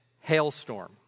hailstorm